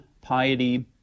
piety